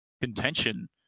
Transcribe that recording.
contention